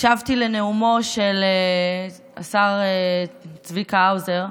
הקשבתי לנאומו של השר צביקה האוזר,